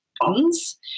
bonds